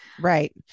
Right